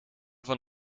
van